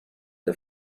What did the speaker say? the